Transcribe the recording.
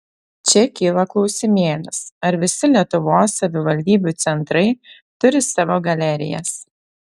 čia kyla klausimėlis ar visi lietuvos savivaldybių centrai turi savo galerijas